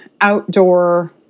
outdoor